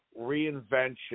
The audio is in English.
reinvention